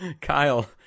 Kyle